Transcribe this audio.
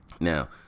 Now